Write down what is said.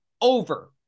over